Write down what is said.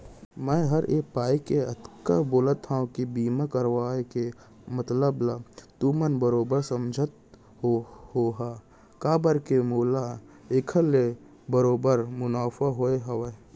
मैं हर ए पाय के अतका बोलत हँव कि बीमा करवाय के मतलब ल तुमन बरोबर समझते होहा काबर के मोला एखर ले बरोबर मुनाफा होय हवय